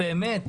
באמת?